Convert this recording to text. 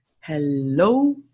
Hello